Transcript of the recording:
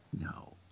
No